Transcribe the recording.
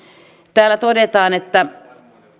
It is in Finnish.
täällä todetaan että